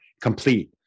complete